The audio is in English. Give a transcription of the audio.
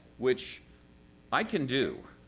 which i can do.